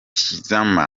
tizama